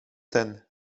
ten